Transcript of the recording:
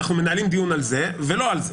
אנחנו מנהלים דיון גם על זה אבל גם לא על זה.